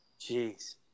Jeez